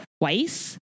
twice